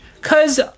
Cause